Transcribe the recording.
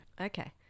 Okay